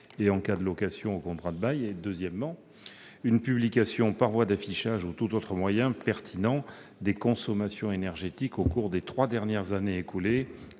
ou, en cas de location, au contrat de bail, et la publication par voie d'affichage ou tout autre moyen pertinent des consommations énergétiques au cours des trois dernières années écoulées,